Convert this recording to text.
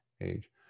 age